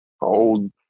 old